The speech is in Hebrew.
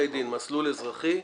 מסלול אזרחי.